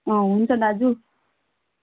अँ हुन्छ दाजु